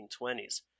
1920s